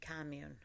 commune